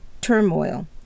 turmoil